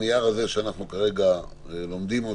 הנייר הזה שאנחנו כרגע לומדים,